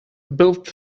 build